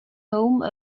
home